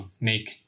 make